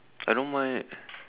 I don't mind eh